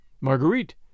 Marguerite